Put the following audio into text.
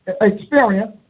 experience